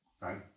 right